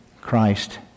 Christ